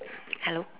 hello